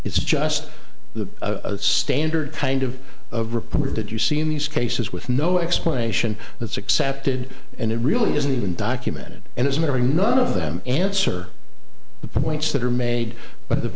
it's just the a standard kind of of report that you see in these cases with no explanation that's accepted and it really isn't even documented and it's never none of them answer the points that are made but the